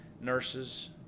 nurses